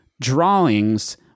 drawings